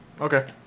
Okay